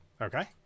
Okay